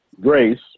Grace